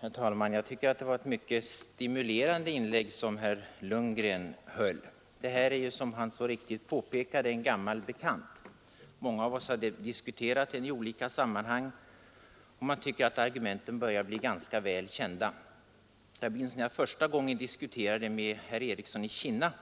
Herr talman! Jag tycker att herr Lundgren gjorde ett mycket stimulerande inlägg. Som han så riktigt påpekade är detta ärende en gammal bekant. Många av oss har diskuterat det i olika sammanhang, och man tycker att argumenten börjat bli ganska välkända. Jag minns när jag första gången diskuterade denna fråga med herr Ericsson i Kinna.